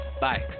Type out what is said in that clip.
Bye